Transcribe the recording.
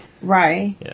Right